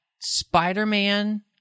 Spider-Man